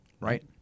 Right